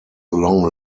long